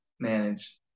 manage